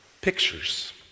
pictures